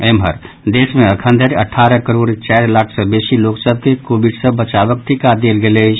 एम्हर देश मे अखन धरि अठारह करोड़ चारि लाख सँ बेसी लोक सभ के कोविड सँ बचावक टीका देल गेल अछि